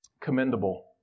commendable